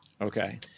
okay